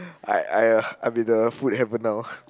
I I uh I'm in a food heaven now